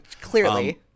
clearly